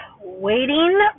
Waiting